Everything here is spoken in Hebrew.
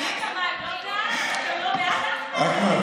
אתם לא בעד, אחמד?